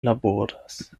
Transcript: laboras